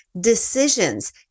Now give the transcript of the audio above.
decisions